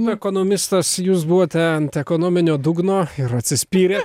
ekonomistas jūs buvote ant ekonominio dugno ir atsispyrė